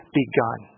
begun